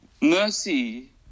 Mercy